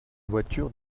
voiture